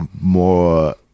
more